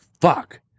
fuck